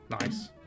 Nice